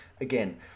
Again